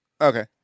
Okay